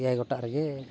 ᱮᱭᱟᱭ ᱜᱚᱴᱟᱜ ᱨᱮᱜᱮ